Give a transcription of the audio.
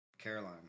Caroline